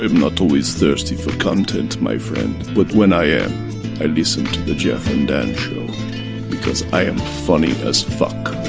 not always thirsty for content my friend but when i am i listened to the jeff and dan show because i am funny as fuck